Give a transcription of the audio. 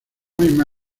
misma